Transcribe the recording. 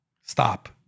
Stop